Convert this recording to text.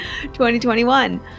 2021